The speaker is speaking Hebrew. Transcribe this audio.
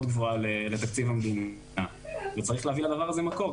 גבוהה לתקציב המדינה וצריך להביא לדבר הזה מקור,